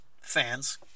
fans